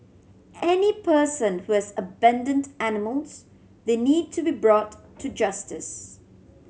any person who has abandoned animals they need to be brought to justice